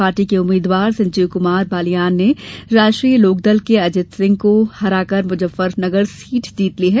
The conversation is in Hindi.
पार्टी के उम्मीदवार संजीव कुमार बालियान ने राष्ट्रीय लोकदल के अजित सिंह को हराकर मुजफ्फरनगर सीट जीत ली है